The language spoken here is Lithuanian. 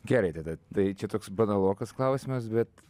gerai tada tai čia toks banalokas klausimas bet